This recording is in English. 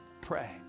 Pray